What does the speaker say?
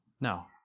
No